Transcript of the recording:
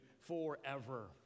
forever